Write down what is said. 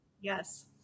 yes